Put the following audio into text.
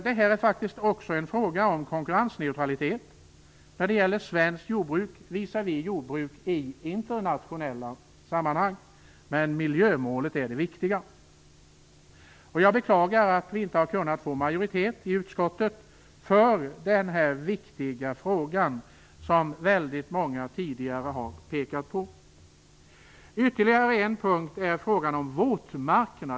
Det är faktiskt också en fråga om konkurrensneutralitet när det gäller svenskt jordbruk visavi jordbruk i internationella sammanhang, men miljömålet är det viktiga. Jag beklagar att vi i utskottet inte har kunnat få majoritet för den här viktiga saken, som väldigt många tidigare har pekat på. Ytterligare en punkt är frågan om våtmarkerna.